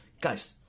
guys